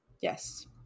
Yes